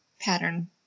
pattern